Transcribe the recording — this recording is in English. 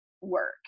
work